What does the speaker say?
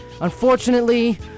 Unfortunately